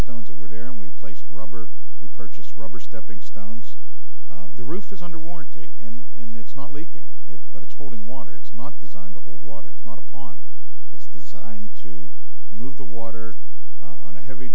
stones that were there and we placed rubber we purchased rubber steppingstones the roof is under warranty in it's not leaking it but it's holding water it's not designed to hold water it's not a pond it's designed to move the water on a heavy